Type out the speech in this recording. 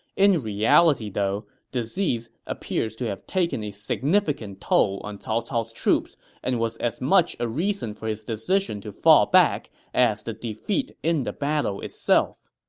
in reality, though, disease appears to have taken a significant toll on cao cao's troops and was as much a reason for his decision to fall back as the defeat in the battle itself.